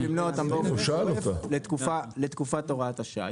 כרגע רצינו למנוע אותם באופן גורף לתקופת הוראת השעה.